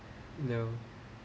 no